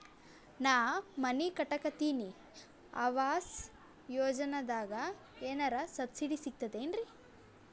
ನಾ ಮನಿ ಕಟಕತಿನಿ ಆವಾಸ್ ಯೋಜನದಾಗ ಏನರ ಸಬ್ಸಿಡಿ ಸಿಗ್ತದೇನ್ರಿ?